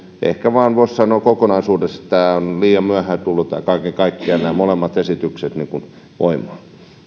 ehkä vaan voi sanoa kokonaisuudessaan liian myöhään ovat tulleet nämä molemmat esitykset voimaan